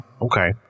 Okay